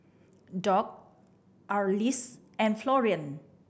Dock Arlis and Florian